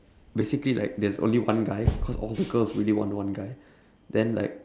basically like there's only one guy cause all the girls really want one guy then like